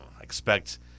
expect